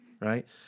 Right